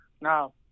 Now